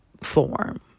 form